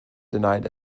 denied